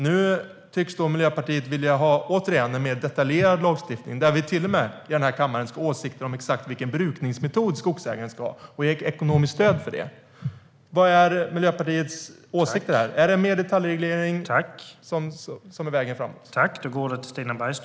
Nu tycks Miljöpartiet återigen vilja ha en mer detaljerad lagstiftning där vi till och med här i kammaren ska ha åsikter om vilken brukningsmetod skogsägaren ska använda och ge ekonomiskt stöd för det. Vad är Miljöpartiets åsikter? Är det mer detaljreglering som är vägen framåt?